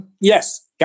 Yes